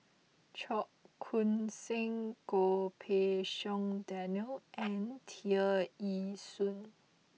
Cheong Koon Seng Goh Pei Siong Daniel and Tear Ee Soon